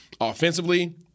offensively